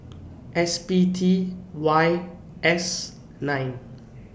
S P T Y S nine